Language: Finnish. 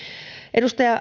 edustaja